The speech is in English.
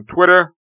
Twitter